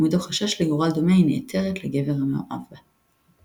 ומתוך חשש לגורל דומה היא נעתרת לגבר המאוהב בה.